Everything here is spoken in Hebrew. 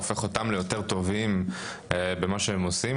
שהופך אותם ליותר טובים במה שהם עושים,